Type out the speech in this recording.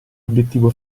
obiettivo